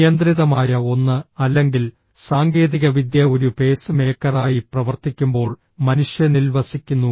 നിയന്ത്രിതമായ ഒന്ന് അല്ലെങ്കിൽ സാങ്കേതികവിദ്യ ഒരു പേസ് മേക്കറായി പ്രവർത്തിക്കുമ്പോൾ മനുഷ്യനിൽ വസിക്കുന്നു